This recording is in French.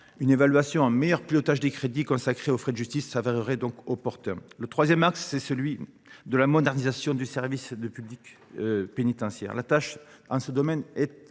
Une évaluation et un meilleur pilotage des crédits en la matière s’avéreraient donc opportuns. Le troisième axe est celui de la modernisation du service public pénitentiaire. La tâche, en ce domaine, est